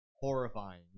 Horrifying